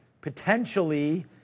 potentially